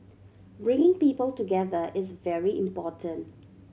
bringing people together is very important